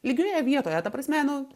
lygioje vietoje ta prasme nu